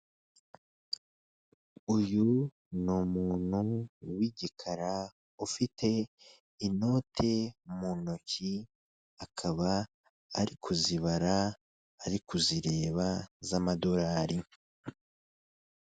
Uyu ni umuntu w'igikara ufite inoti mu ntoki akaba ari kuzibara ari kuzireba z'amadolari.